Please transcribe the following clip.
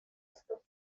estos